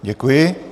Děkuji.